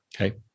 Okay